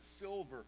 silver